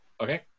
Okay